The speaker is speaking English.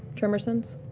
tremor sense?